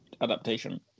adaptation